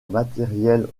matériel